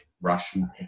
Russian